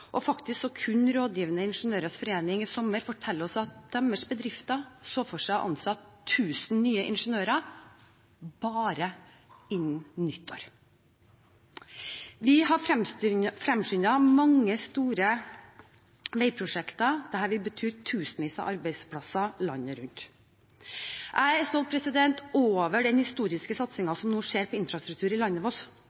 fagarbeidere. Faktisk kunne Rådgivende Ingeniørers Forening i sommer fortelle at deres bedrifter så for seg å kunne ansette 1 000 ingeniører – bare frem mot nyttår. Vi har fremskyndet mange store veiprosjekter. Dette vil bety tusenvis av arbeidsplasser landet rundt. Jeg er stolt over den historiske satsingen som nå skjer på infrastruktur i landet vårt.